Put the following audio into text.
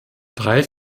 drei